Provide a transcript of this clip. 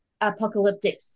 apocalyptic